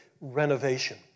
renovation